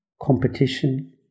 competition